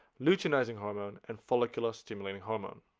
luteinizing hormone and follicular stimulating hormone